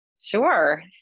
Sure